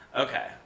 Okay